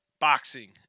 boxing